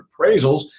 appraisals